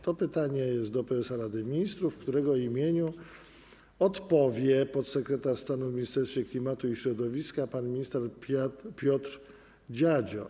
To pytanie jest skierowane do prezesa Rady Ministrów, w którego imieniu odpowie podsekretarz stanu w Ministerstwie Klimatu i Środowiska pan minister Piotr Dziadzio.